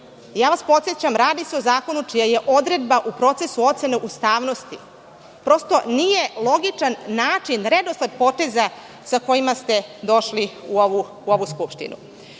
Podsećam vas, radi se o zakonu čija je odredba u procesu ocene ustavnosti. Prosto, nije logičan redosled poteza sa kojima ste došli u ovu Skupštinu. Naravno,